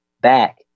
back